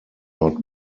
not